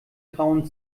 grauen